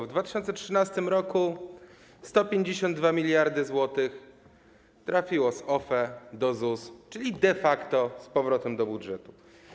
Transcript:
W 2013 r. 152 mld zł trafiło z OFE do ZUS, czyli de facto z powrotem do budżetu.